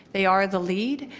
they are the lead.